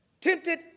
tempted